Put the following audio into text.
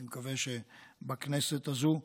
אני מקווה שבכנסת הזאת נצליח,